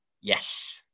yes